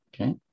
Okay